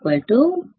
05